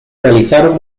realizaron